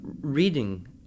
reading